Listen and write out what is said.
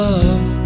love